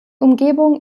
umgebung